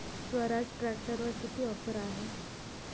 स्वराज ट्रॅक्टरवर किती ऑफर आहे?